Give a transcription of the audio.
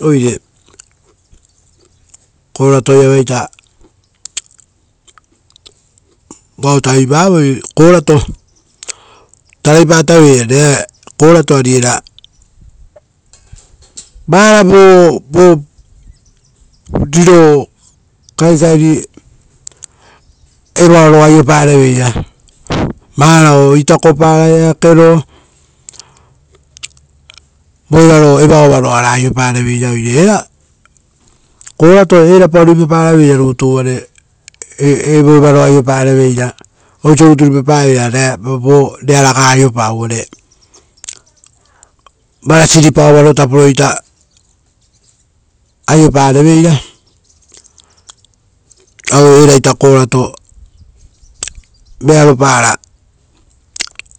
Oire korato aiava vao tavipavoi, oisio era korato, taraipaviei oisio korato ari era evaoara rutu aiopareveira, varao itakopara ora eake. Evaoro oara aiopareveira. Oire era korato ari erapa ruipaparaveira rutu uvare evoevaro aiopareveira. Oisio rutu ruipaparaveira ra rera raga aiopa, uvare ruvarupa ovaro tapo ita aiopareveira eraita korato, vearopara